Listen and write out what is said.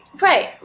Right